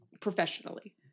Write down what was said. professionally